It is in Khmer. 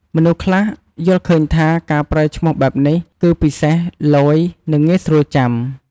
មនុស្សខ្លះយល់ឃើញថា ការប្រើឈ្មោះបែបនេះគឺ ពិសេស ឡូយ និងងាយស្រួលចាំ។